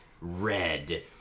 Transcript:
red